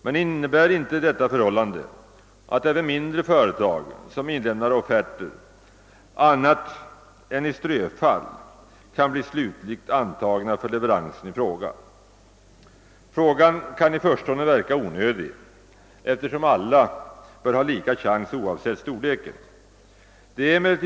Men innebär inte detta förhållande att mindre företag, som inlämnar offerter, blott i ströfall kan bli slutligt antagna för leveransen? Frågan kan i förstone verka onödig eftersom alla bör ha lika chans oavsett storleken.